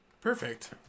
Perfect